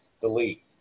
delete